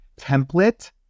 template